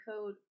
code